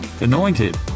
anointed